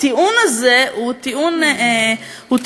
הטיעון הזה הוא טיעון מגוחך.